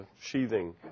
sheathing